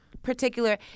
particular